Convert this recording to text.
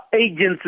agencies